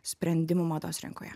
sprendimų mados rinkoje